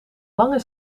lange